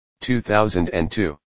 2002